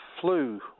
flew